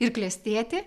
ir klestėti